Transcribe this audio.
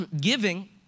giving